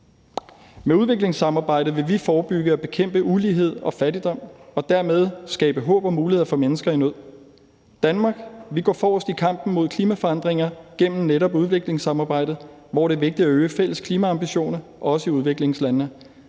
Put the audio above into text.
Med udviklingssamarbejde vil vi forebygge og bekæmpe ulighed og fattigdom og dermed skabe håb og muligheder for mennesker i nød. Danmark går forrest i kampen mod klimaforandringer gennem netop udviklingssamarbejde, hvor det er vigtigt at øge fælles klimaambitioner, også i udviklingslandene.